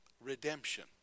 redemption